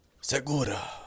segura